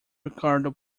ricardo